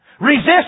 Resist